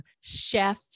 chef